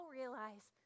realize